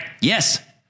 Yes